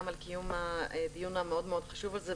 גם על קיום הדיון המאוד מאוד חשוב הזה,